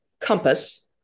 compass